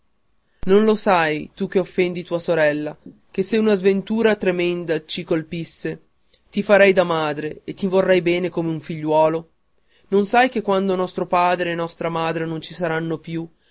non lo sai tu che offendi tua sorella che se una sventura tremenda ci colpisse ti farei da madre io e ti vorrei bene come a un figliuolo non sai che quando nostro padre e nostra madre non ci saranno più